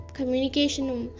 Communication